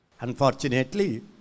Unfortunately